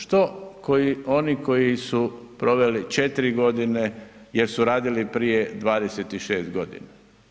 Što oni koji su proveli 4 godine, jer su radili prije 26 godina?